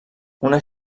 una